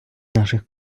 наших